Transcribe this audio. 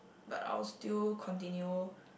but I'll still continue